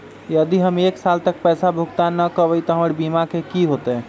यदि हम एक साल तक पैसा भुगतान न कवै त हमर बीमा के की होतै?